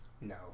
No